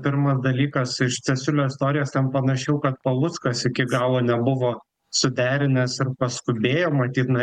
pirma dalykas iš cesiulio istorijos ten panašiau kad paluckas iki galo nebuvo suderinęs ir paskubėjo matyt na